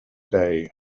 day